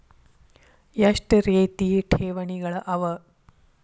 ಎಷ್ಟ ರೇತಿ ಠೇವಣಿಗಳ ಅವ?